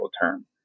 term